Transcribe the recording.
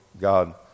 God